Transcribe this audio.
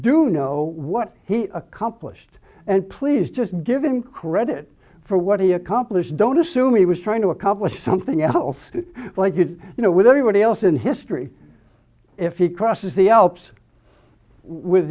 do know what he accomplished and please just give him credit for what he accomplished don't assume he was trying to accomplish something else like you know with anybody else in history if he crosses the alps with